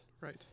right